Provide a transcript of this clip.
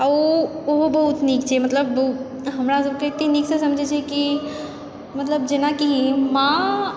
आओर ओ ओहो बहुत नीक छै मतलब हमरा सबके एतेक नीकसँ समझै छै कि मतलब जेनाकि माँ